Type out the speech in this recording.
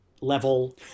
level